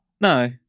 no